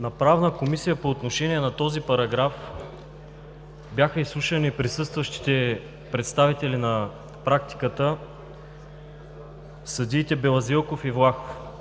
На Правна комисия по отношение на този параграф бяха изслушани присъстващите представители на практиката, съдиите Белазелков и Влахов.